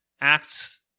Acts